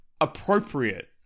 appropriate